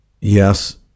Yes